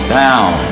down